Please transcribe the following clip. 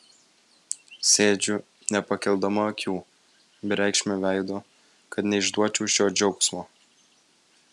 sėdžiu nepakeldama akių bereikšmiu veidu kad neišduočiau šio džiaugsmo